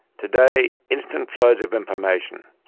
today instant flows of information,